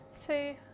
two